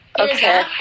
okay